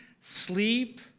sleep